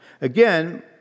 Again